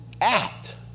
act